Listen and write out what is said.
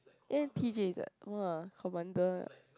N_t_j is what !wah! commander eh